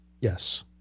Yes